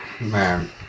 man